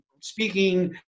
speaking